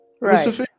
Right